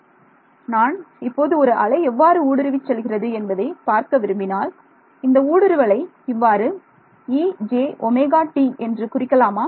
மாணவர் நான் இப்போது ஒரு அலை எவ்வாறு ஊடுருவிச் செல்கிறது என்பதை பார்க்க விரும்பினால் இந்த ஊடுருவலை இவ்வாறு ejωt என்று குறிக்கலாமா